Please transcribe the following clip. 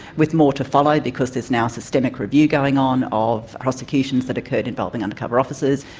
with more to follow because there is now systemic review going on of prosecutions that occurred involving undercover officers.